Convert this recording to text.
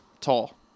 tall